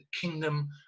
Kingdom